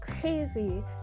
crazy